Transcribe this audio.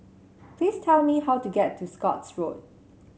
please tell me how to get to Scotts Road